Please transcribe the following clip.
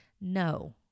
No